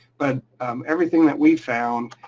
but everything that we found,